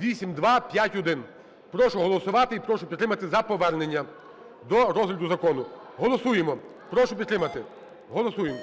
8251. Прошу голосувати і прошу підтримати за повернення до розгляду закону. Голосуємо, прошу підтримати, голосуємо.